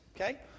okay